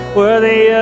worthy